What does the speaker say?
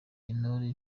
intore